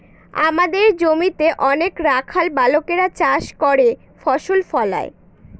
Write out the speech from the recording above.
আমাদের জমিতে অনেক রাখাল বালকেরা চাষ করে ফসল ফলায়